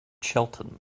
shelton